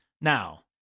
Now